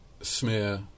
smear